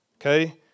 Okay